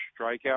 strikeout